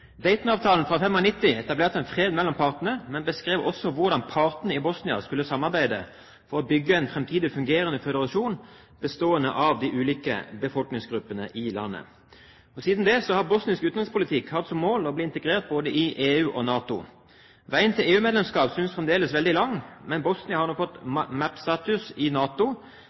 fra 1995 etablerte fred mellom partene, men beskrev også hvordan partene i Bosnia skulle samarbeide og bygge en framtidig fungerende føderasjon bestående av de ulike befolkningsgruppene i landet. Siden det har bosnisk utenrikspolitikk hatt som mål å bli integrert i både EU og NATO. Veien til EU-medlemskap synes fremdeles veldig lang, men Bosnia har fått MAP-status – altså Membership Action Plan-status – i NATO.